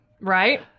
Right